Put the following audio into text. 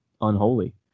Unholy